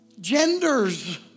genders